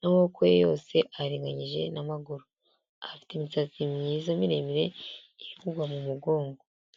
n'amaboko ye yose aringanije n'amaguru, afite imisazi myiza miremire iri kugwa mu mugongo.